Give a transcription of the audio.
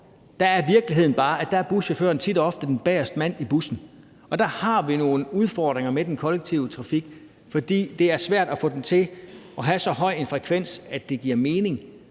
op, er virkeligheden bare den, at buschaufføren tit og ofte er den bagerste mand i bussen, og der har vi nogle udfordringer med den kollektive trafik, fordi det er svært at få den til at have så høj en frekvens, at det giver mening.